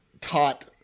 taught